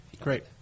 Great